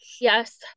yes